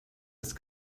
ist